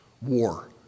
War